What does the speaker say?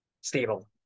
stable